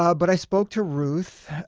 um but i spoke to ruth,